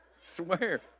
Swear